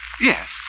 Yes